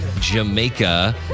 Jamaica